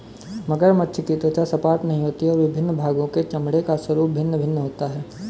मगरमच्छ की त्वचा सपाट नहीं होती और विभिन्न भागों के चमड़े का स्वरूप भिन्न भिन्न होता है